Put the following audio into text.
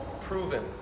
proven